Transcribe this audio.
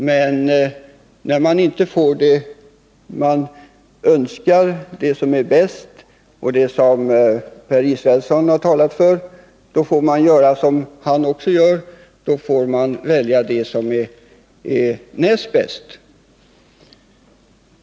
Men när man inte får det man önskar — det som är bäst —, då får man, som Per Israelsson sade, välja det som är näst bäst.